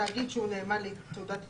תאגיד שהוא נאמן לתעודות התחייבות,